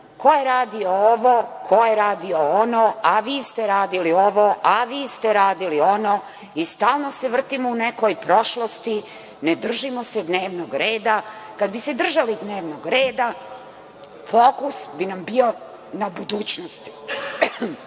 ko je radio ovo, ko je radio ono, a vi ste radili ovo, a vi ste radili ono i stalno se vrtimo u nekoj prošlosti, ne držimo se dnevnog reda. Kada bi se držali dnevnog reda, fokus bi nam bio na budućnosti.